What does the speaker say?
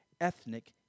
ethnic